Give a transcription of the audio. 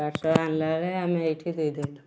parcel ଆଣିଲା ବେଳେ ଆମେ ଏଇଠି ଦେଇଦେବୁ